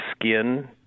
skin